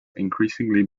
increasingly